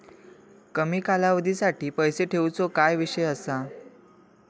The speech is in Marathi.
कमी कालावधीसाठी पैसे ठेऊचो काय विषय असा?